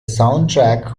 soundtrack